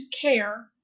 care